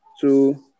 two